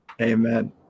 Amen